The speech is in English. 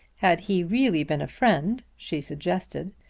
had he really been a friend, she suggested,